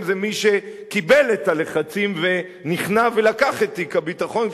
זה מי שקיבל את הלחצים ונכנע ולקח את תיק הביטחון,